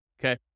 Okay